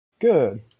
Good